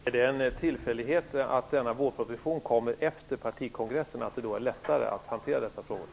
Fru talman! Är det en tillfällighet att denna vårproposition kommer efter partikongressen? Är det lättare att hantera dessa frågor då?